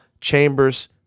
Chambers